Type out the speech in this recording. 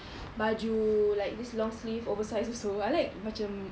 baju like this long sleeve oversized also I like macam